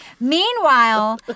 Meanwhile